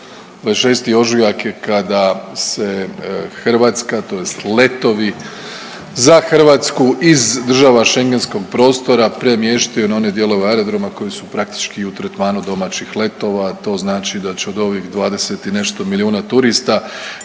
26. ožujak je kada se Hrvatska tj. letovi za Hrvatsku iz država Schengenskog prostora premještaju na one dijelove aerodroma koji su praktički u tretmanu domaćih letova. To znači da će od ovih 20 i nešto milijuna turista